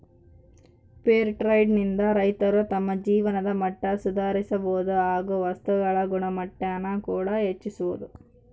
fair trade ನಿಂದ ರೈತರು ತಮ್ಮ ಜೀವನದ ಮಟ್ಟ ಸುಧಾರಿಸಬೋದು ಹಾಗು ವಸ್ತುಗಳ ಗುಣಮಟ್ಟಾನ ಕೂಡ ಹೆಚ್ಚಿಸ್ಬೋದು